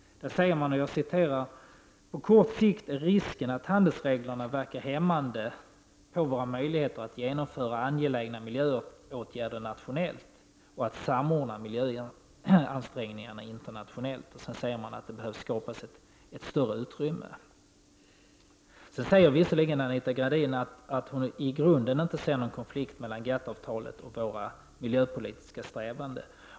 Det står i deklarationen: ”Men på kort sikt är det risk för att handelsreglerna inverkar hämmande på våra möjligheter att genomföra angelägna miljöåtgärder nationellt och att samordna miljöansträngningarna internationellt.” Sedan säger man att det behöver skapas ett större utrymme. Nu säger visserligen Anita Gradin att hon i grunden inte ser någon konflikt mellan GATT-avtalet och våra miljöpolitiska strävanden.